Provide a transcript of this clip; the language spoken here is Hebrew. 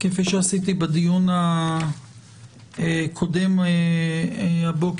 כפי שעשיתי בדיון הקודם הבוקר,